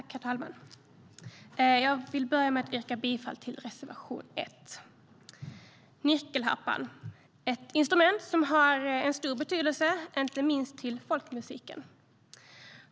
Herr talman! Jag vill börja med att yrka bifall till reservation 1.Nyckelharpan är ett instrument som har stor betydelse, inte minst för folkmusiken.